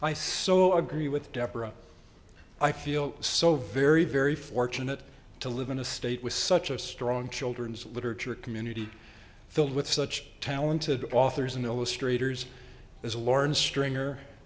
i so agree with deborah i feel so very very fortunate to live in a state with such a strong children's literature community filled with such talented authors and illustrators as lauren stringer